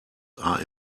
are